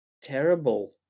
terrible